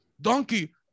donkey